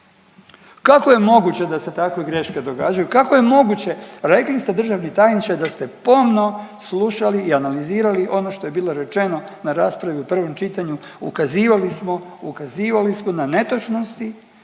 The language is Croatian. Kako je moguće da se takve greške događaju? Kako je moguće, rekli ste državni tajniče da ste pomno slušali i analizirali ono što je bilo rečeno na raspravi u prvom čitanju, ukazivali smo na netočnosti